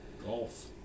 Golf